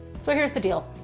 so here's the deal.